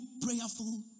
prayerful